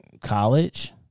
college